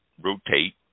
rotate